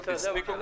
הכללי.